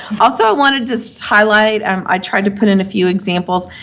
also, i want to just highlight um i tried to put in a few examples.